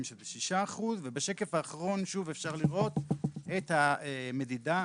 שזה 6%. בשקף האחרון אפשר לראות את המדידה.